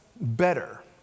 better